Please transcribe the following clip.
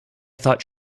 thought